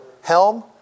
helm